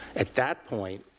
at that point,